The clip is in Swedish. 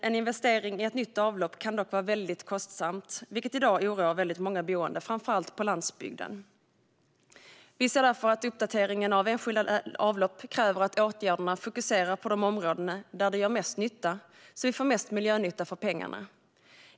En investering i ett nytt avlopp kan dock vara väldigt kostsam, vilket i dag oroar många, framför allt människor som bor på landsbygden. Vi anser därför att uppdateringen av enskilda avlopp kräver att åtgärderna fokuserar på de områden där de gör mest nytta, så att vi får mesta möjliga miljönytta för pengarna.